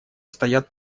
стоят